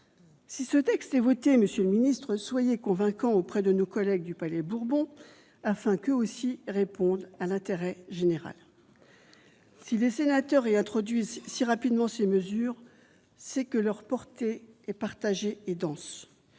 Si ce texte est voté, monsieur le ministre, soyez convaincant auprès de nos collègues du Palais Bourbon afin qu'eux aussi répondent à l'intérêt général. Très bien ! Tout à fait ! Si les sénateurs réintroduisent si rapidement ces mesures, c'est que leur portée est partagée et dense.